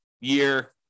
year